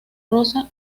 rosa